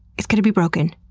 it's gonna be broken,